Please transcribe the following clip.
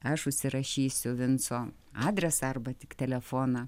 aš užsirašysiu vinco adresą arba tik telefoną